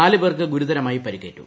നാല് പേർക്ക് ഗുരുതരമായി പരിക്കേറ്റു